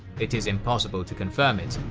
it is impossible to confirm it,